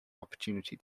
opportunity